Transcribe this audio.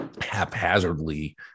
haphazardly